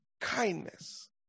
kindness